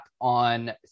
on